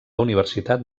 universitat